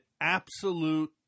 absolute